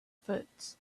foot